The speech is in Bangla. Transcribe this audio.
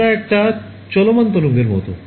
এটা একটা চলমান তরঙ্গের মতো